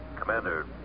Commander